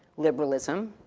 liberalism,